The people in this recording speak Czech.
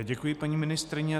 Děkuji paní ministryni.